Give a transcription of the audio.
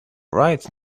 right